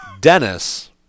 Dennis